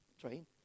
Train